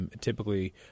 typically